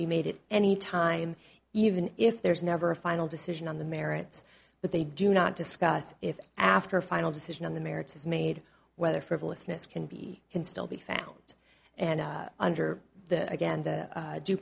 be made it any time even if there is never a final decision on the merits but they do not discuss if after a final decision on the merits is made whether frivolousness can be can still be found and under the again the due